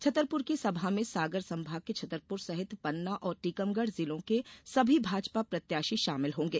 छतरपुर की सभा में सागर संभाग के छतरपुर सहित पन्ना और टीकमगढ़ जिलों के सभी भाजपा प्रत्याशी शामिल होगें